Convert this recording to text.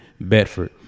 bedford